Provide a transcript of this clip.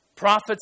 Prophets